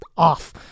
Off